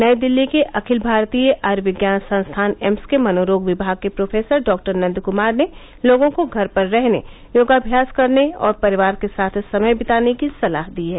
नई दिल्ली के अखिल भारतीय आयुर्विज्ञान संस्थान एम्स के मनोरोग विभाग के प्रोफेसर डॉक्टर नन्द कमार ने लोगों को घर पर रहने योगाभ्यास करने और परिवार के साथ समय बिताने की सलाह दी है